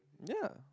yeah